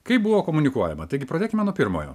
kaip buvo komunikuojama taigi pradėkime nuo pirmojo